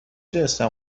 دونستم